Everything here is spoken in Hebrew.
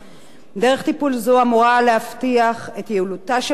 דרך טיפול זו אמורה גם להבטיח את יעילותה של החקירה,